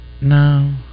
No